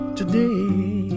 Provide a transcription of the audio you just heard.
today